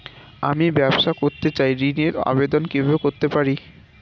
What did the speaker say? আমি ব্যবসা করতে চাই ঋণের আবেদন কিভাবে করতে পারি?